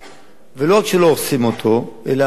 ולא רק שלא הורסים אותו, אלא הממשלה,